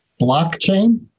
Blockchain